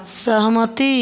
सहमति